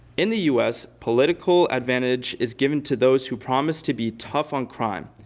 in the us, political advantage is given to those who promise to be tough on crime.